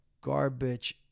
garbage